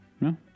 no